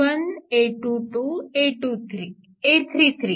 a11 a22 a33